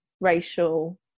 racial